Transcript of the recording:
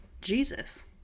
Jesus